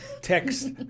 text